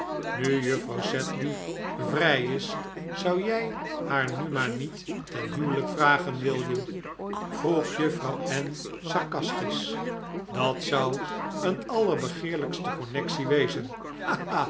nu juffrouw sedley vrij is zou jij haar nu maar niet ten huwelijk vragen william vroeg juffrouw ann sarcastisch dat zou een allerbegeerlijkste connectie wezen